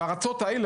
בארצות האלה,